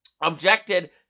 objected